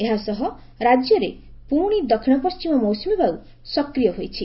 ଏହା ସହ ରାକ୍ୟରେ ପୁଶି ଦକ୍ଷିଣ ପଣ୍ଟିମ ମୌସୁମୀ ବାୟୁ ସକ୍ରିୟ ହୋଇଛି